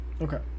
Okay